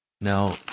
Now